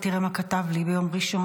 תראה מה הוא כתב לי ביום ראשון: